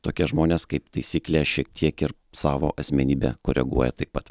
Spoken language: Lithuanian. tokie žmonės kaip taisyklė šiek tiek ir savo asmenybę koreguoja taip pat